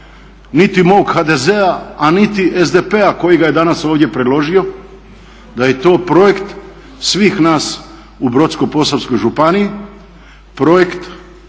niti mog HDZ-a a niti SDP-a koji ga je danas ovdje predložio, da je to projekt svih nas u Brodsko-posavskoj županiji, projekt